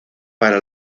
para